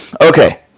Okay